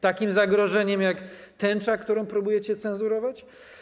Takim zagrożeniem jest tęcza, którą próbujecie cenzurować?